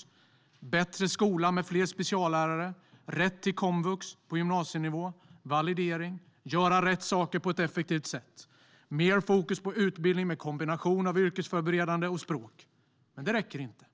Vi behöver en bättre skola med fler speciallärare, rätt till komvux på gymnasienivå och validering. Vi ska göra rätt saker på ett effektivt sätt. Vi måste ha mer fokus på utbildning med kombination av yrkesförberedande och språk. Men det räcker inte,